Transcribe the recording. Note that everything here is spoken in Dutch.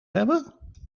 hebben